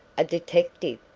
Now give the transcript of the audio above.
a detective?